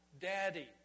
Daddy